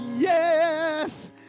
Yes